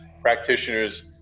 practitioners